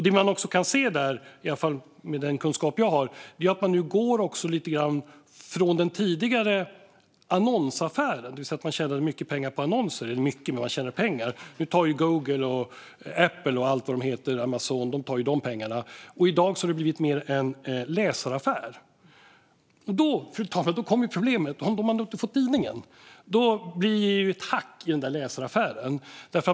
Det som också går att se, i alla fall med den kunskap jag har, är att man nu lite grann går ifrån den tidigare annonsaffären, det vill säga att tjäna pengar på annonser. Nu tar ju Google, Apple, Amazon och allt vad de heter de pengarna. I dag har det blivit mer av en läsaraffär. Då, fru talman, kommer problemet: Om man inte får tidningen blir det ett hack i den där läsaraffären.